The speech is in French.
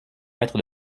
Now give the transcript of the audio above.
maître